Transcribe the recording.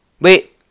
Wait